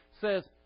says